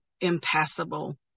impassable